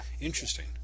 Interesting